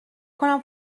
کنم